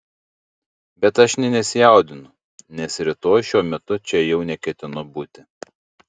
bet aš nė nesijaudinu nes rytoj šiuo metu čia jau neketinu būti